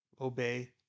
obey